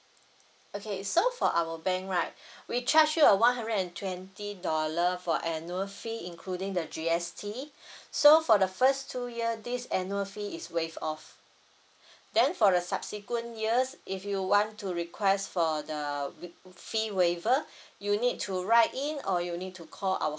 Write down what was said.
okay so for our bank right we charge you a one hundred and twenty dollar for annual fee including the G_S_T so for the first two year this annual fee is waived off then for the subsequent years if you want to request for the we~ fee waiver you need to write in or you need to call our